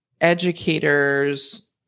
educators